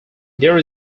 there